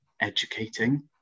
educating